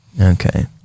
Okay